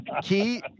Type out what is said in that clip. key